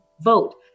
vote